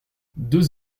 deux